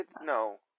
No